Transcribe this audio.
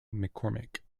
mccormick